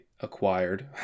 acquired